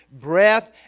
breath